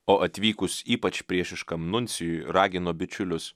o atvykus ypač priešiškam nuncijui ragino bičiulius